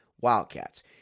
Wildcats